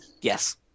Yes